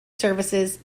services